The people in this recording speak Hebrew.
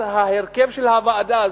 על ההרכב של הוועדה,